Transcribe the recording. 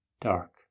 dark